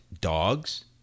dogs